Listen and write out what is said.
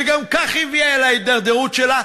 וגם כך היא הביאה להידרדרות שלה,